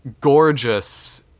Gorgeous